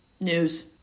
News